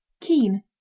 Keen